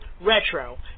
Retro